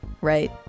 Right